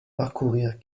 parcourir